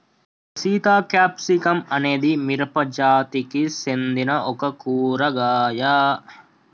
Sita capsicum అనేది మిరపజాతికి సెందిన ఒక కూరగాయ